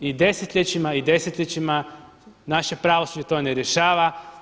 I desetljećima i desetljećima naše pravosuđe to ne rješava.